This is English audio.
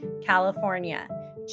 California